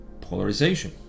polarization